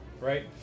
right